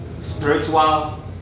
spiritual